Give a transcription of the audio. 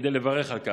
כדי לברך על כך: